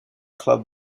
club